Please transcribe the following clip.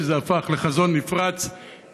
שזה הפך לחזון נפרץ,